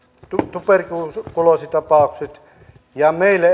tuberkuloositapaukset ja meille